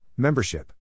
Membership